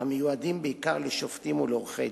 המיועדים בעיקר לשופטים ולעורכי-דין.